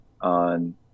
on